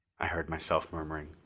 i heard myself murmuring,